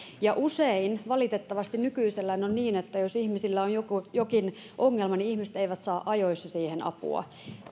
usein valitettavasti nykyisellään on niin että jos ihmisillä on jokin ongelma niin ihmiset eivät saa ajoissa siihen apua